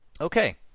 Okay